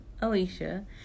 alicia